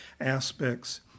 aspects